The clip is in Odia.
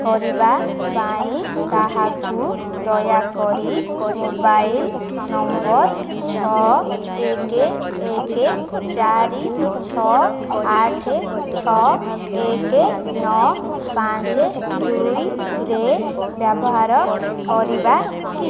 କରିବା ପାଇଁ ତାହାକୁ ଦୟାକରି ମୋବାଇଲ ନମ୍ବର ଛଅ ଏକ ଏକ ଚାରି ଛଅ ଆଠ ଛଅ ଏକ ନଅ ପାଞ୍ଚ ଦୁଇରେ ବ୍ୟବହାର କରିବା କି